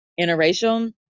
Interracial